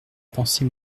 pensé